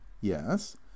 yes